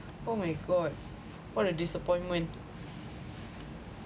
oh my god what a disappointment